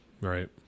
Right